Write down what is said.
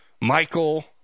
Michael